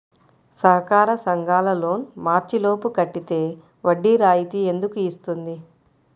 సహకార సంఘాల loan March లోపు కట్టితే వడ్డీ రాయితీ ఎందుకు ఇస్తుంది?